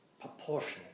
proportionate